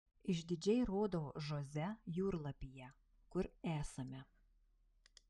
išdidžiai rodau žoze jūrlapyje kur esame